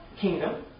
kingdom